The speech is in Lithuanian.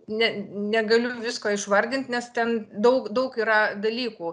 ne negaliu visko išvardint nes ten daug daug yra dalykų